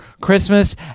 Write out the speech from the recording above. Christmas